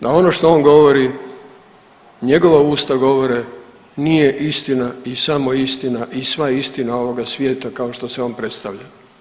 Da ono što on govori njegova usta govore nije istina i samo istina i sva istina ovoga svijeta kao što se on predstavlja.